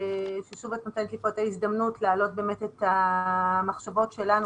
ששוב את נותנת לי פה את ההזדמנות לעלות את המחשבות שלנו,